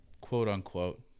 quote-unquote